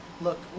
look